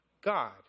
God